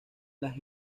las